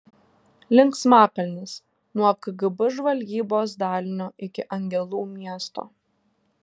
linksmakalnis nuo kgb žvalgybos dalinio iki angelų miesto